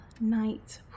night